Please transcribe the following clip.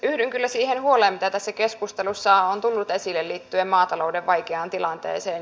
yhdyn kyllä siihen huoleen mitä tässä keskustelussa on tullut esille liittyen maatalouden vaikeaan tilanteeseen